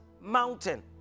mountain